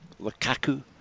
Lukaku